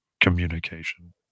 communication